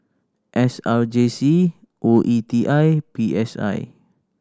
S R J C O E T I and P S I